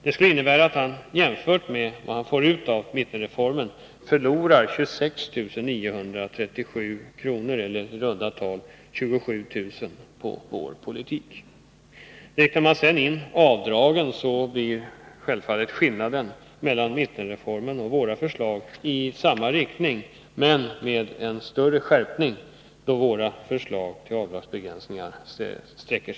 Det skulle innebära att han jämfört med vad han får ut av mittenreformen förlorar 26 937 kr., eller i runt tal 27 000 kr., på vår politik. Räknar man sedan in avdragen, så blir det självfallet skillnader av samma slag mellan mittenreformen och våra förslag, men med en större skärpning enligt våra förslag till avdragsbegränsningar.